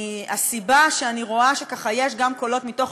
והסיבה שאני רואה שיש גם קולות מתוך